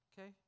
okay